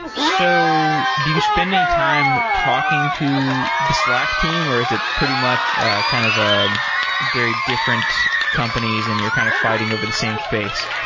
do you spend any time talking to the slack team or is it pretty much kind of a very different companies and you're kind of fighting over the same space?